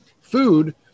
food